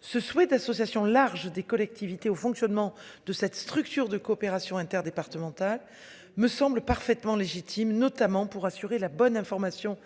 Ce souhait d'association large des collectivités au fonctionnement de cette structure de coopération interdépartementale me semble parfaitement légitime, notamment pour assurer la bonne information